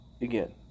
again